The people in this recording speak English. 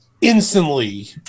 instantly